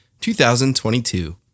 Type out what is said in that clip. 2022